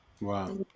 Wow